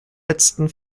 letzten